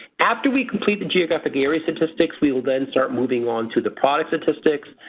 after we complete the geographic area statistics we will then start moving on to the product statistics.